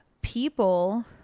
people